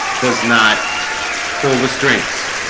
does not pull the strings